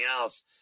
else